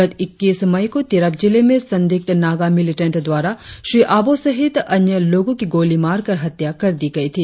गत इक्कीस मई को तिरप जिलें में संदिध्त नागा मिलिटेंट द्वारा श्री अबोह सहित अन्य लोगो की गोली मारकर हत्या कर दी गई थी